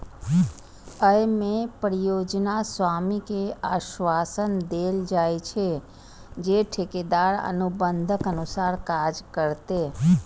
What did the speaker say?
अय मे परियोजना स्वामी कें आश्वासन देल जाइ छै, जे ठेकेदार अनुबंधक अनुसार काज करतै